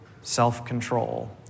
self-control